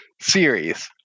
series